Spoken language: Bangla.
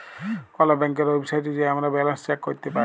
কল ব্যাংকের ওয়েবসাইটে যাঁয়ে আমরা ব্যাল্যান্স চ্যাক ক্যরতে পায়